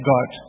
God